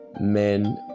men